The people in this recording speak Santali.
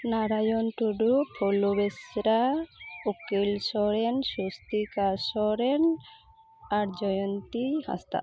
ᱱᱟᱨᱟᱭᱚᱱ ᱴᱩᱰᱩ ᱯᱷᱩᱞᱩ ᱵᱮᱥᱨᱟ ᱩᱠᱤᱞ ᱥᱚᱨᱮᱱ ᱥᱚᱥᱛᱤᱠᱟ ᱥᱚᱨᱮᱱ ᱟᱨ ᱡᱚᱭᱚᱱᱛᱤ ᱦᱟᱸᱥᱫᱟ